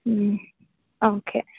okay